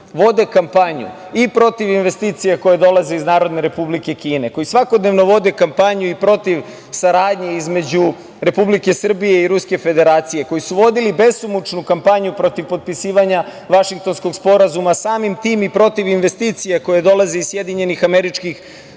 vode kampanju i protiv investicija koje dolaze iz Narodne Republike Kine, koji svakodnevno vode kampanju i protiv saradnje između Republike Srbije i Ruske Federacije, koji su vodili besomučnu kampanju protiv potpisivanja Vašingtonskog sporazuma, samim tim i protiv investicija koje dolaze iz SAD.Zamislite